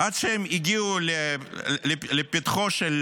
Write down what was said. עד שהן הגיעו לפתחו של